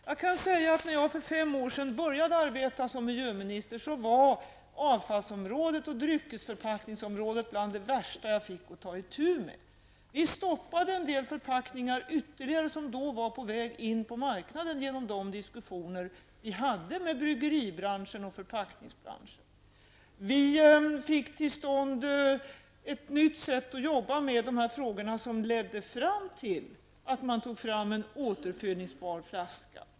Jag kan säga att avfallsområdet och dryckesförpackningsområdet var bland de värsta områdena jag fick ta itu med för fem år sedan när jag började arbeta som miljöminister. I diskussioner med bryggeribranschen och förpackningsbranschen stoppade vi en del nya förpackningar som då var på väg in på marknaden. Vi fick till stånd ett nytt sätt att arbeta med dessa frågor som ledde fram till att man tog fram en återfyllningsbar flaska.